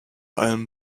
alm